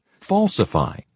falsify